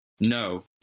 No